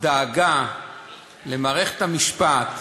דאגה למערכת המשפט וכו',